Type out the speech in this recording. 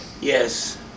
Yes